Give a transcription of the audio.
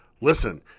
Listen